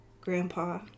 grandpa